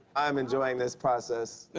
i'm enjoying this process.